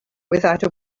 without